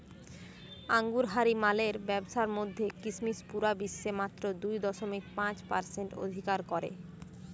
আঙুরহারি মালের ব্যাবসার মধ্যে কিসমিস পুরা বিশ্বে মাত্র দুই দশমিক পাঁচ পারসেন্ট অধিকার করে